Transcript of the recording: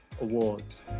awards